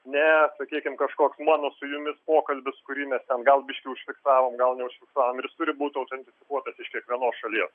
ne sakykim kažkoks mano su jumis pokalbis kurį mes ten gal biškį užfiksavom gal neužfiksavom ir jis turi būt autentifikuotas iš kiekvienos šalies